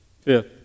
Fifth